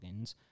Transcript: plugins